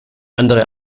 andere